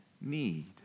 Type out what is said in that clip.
need